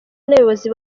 n’abayobozi